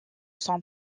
son